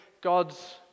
God's